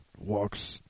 walks